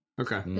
Okay